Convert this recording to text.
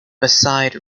beside